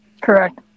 Correct